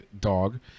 dog